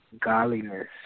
Godliness